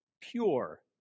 pure